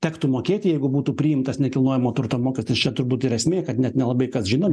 tektų mokėti jeigu būtų priimtas nekilnojamo turto mokestis čia turbūt ir esmė kad net nelabai kas žino